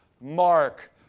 mark